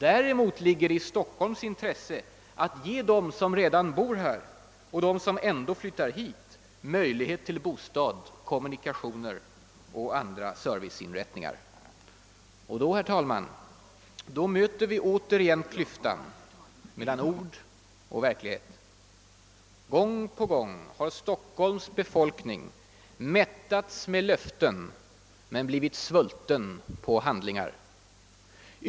Däremot ligger det i Stockholms intresse att ge dem som redan bor här, och dem som ändå flyttar hit, möjlighet till bostad, kommu Och då möter vi återigen klyftan mellan ord och verklighet. Gång på gång har Stockholms befolkning mättats med löften men blivit svulten på handlingar.